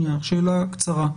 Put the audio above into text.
אני רוצה לשאול שאלה קצרה.